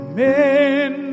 men